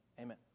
amen